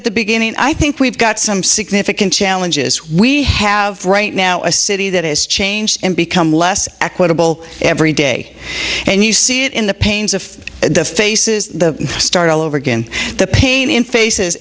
at the beginning i think we've got some significant challenges we have right now a city that has changed and become less equitable every day and you see it in the pains of the faces the start all over again the pain in fa